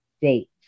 date